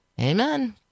Amen